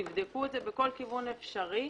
בידקו זאת בכל דרך אפשרית.